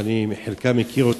שאת חלקם אני מכיר,